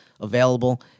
Available